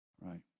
right